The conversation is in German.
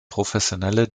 professionelle